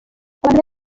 abantu